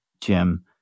Jim